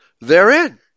therein